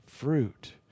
fruit